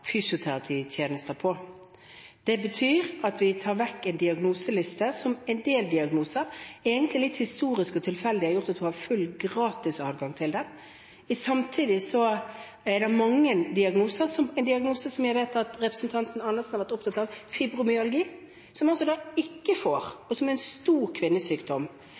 fysioterapitjenester på. Det betyr at vi tar vekk en diagnoseliste hvor en del diagnoser – egentlig litt historisk og tilfeldig – har gjort at man fullt ut har gratis adgang til det. Samtidig er det en diagnose som jeg vet at representanten Andersen har vært opptatt av, fibromyalgi, som ikke får, og som er en stor kvinnesykdom.